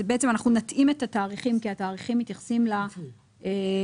אנחנו נתאים את התאריכים כי התאריכים מתייחסים לתאריכים